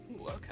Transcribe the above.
okay